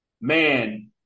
man